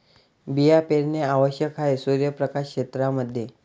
बिया पेरणे आवश्यक आहे सूर्यप्रकाश क्षेत्रां मध्ये